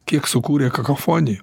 kiek sukūrė kakofonijų